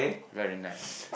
very nice